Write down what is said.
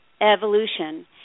evolution